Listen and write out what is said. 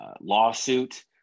lawsuit